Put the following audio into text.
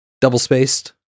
double-spaced